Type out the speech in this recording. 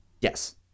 Yes